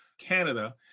Canada